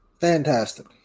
Fantastic